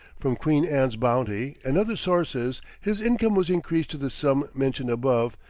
from queen anne's bounty, and other sources, his income was increased to the sum mentioned above,